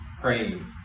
praying